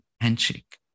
handshake